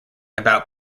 about